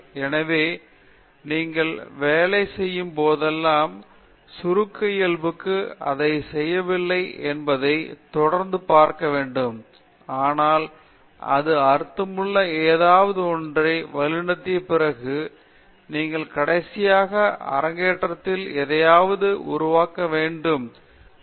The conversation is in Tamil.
எனவே நீங்கள் வேலை செய்யும் போதெல்லாம் சுருக்க இயல்புக்கு அதை செய்யவில்லை என்பதை தொடர்ந்து பார்க்க வேண்டும் ஆனால் அது அர்த்தமுள்ள ஏதாவது ஒன்றை வழிநடத்திய பிறகு நீங்கள் கடைசியாக அரங்கேற்றத்தில் எதையாவது உருவாக்க வேண்டும் உலகில் நீங்கள் வியாபாரத்திற்கு திரும்ப வேண்டும்